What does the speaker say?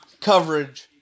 Coverage